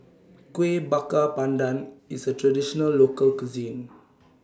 Kuih Bakar Pandan IS A Traditional Local Cuisine